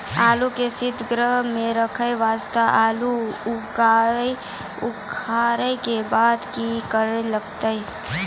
आलू के सीतगृह मे रखे वास्ते आलू उखारे के बाद की करे लगतै?